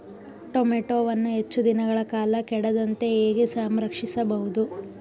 ಟೋಮ್ಯಾಟೋವನ್ನು ಹೆಚ್ಚು ದಿನಗಳ ಕಾಲ ಕೆಡದಂತೆ ಹೇಗೆ ಸಂರಕ್ಷಿಸಬಹುದು?